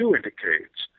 indicates